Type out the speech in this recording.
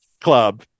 club